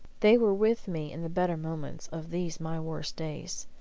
they were with me in the better moments of these my worst days.